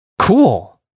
Cool